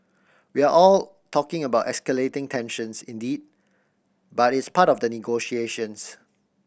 we're all talking about escalating tensions indeed but it's part of the negotiations